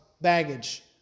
baggage